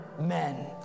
men